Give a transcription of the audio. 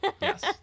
Yes